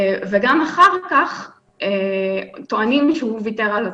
וגם אחר כך טענו שהוא ויתר על הזכות.